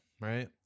right